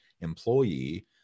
employee